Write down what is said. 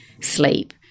sleep